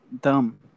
dumb